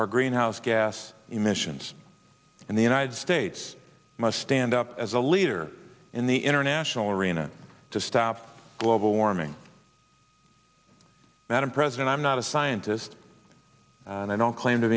our greenhouse gas emissions and the united states must stand up as a leader in the international arena to stop global warming madam president i'm not a scientist and i don't claim to